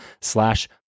slash